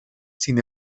sin